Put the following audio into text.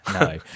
no